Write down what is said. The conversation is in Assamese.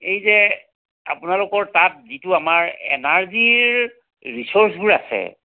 এই যে আপোনালোকৰ তাত যিটো আমাৰ এনাৰ্জীৰ ৰিচোৰ্চবোৰ আছে